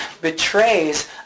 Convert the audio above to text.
betrays